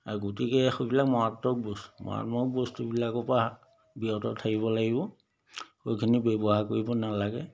আৰু গতিকে সেইবিলাক মাৰাত্মক বস্তু মাৰাত্মক বস্তুবিলাকৰ পৰা বিৰত থাকিব লাগিব সেইখিনি ব্যৱহাৰ কৰিব নালাগে